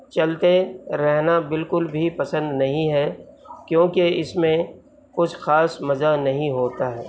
چلتے رہنا بالکل بھی پسند نہیں ہے کیونکہ اس میں کچھ خاص مزہ نہیں ہوتا ہے